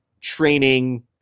training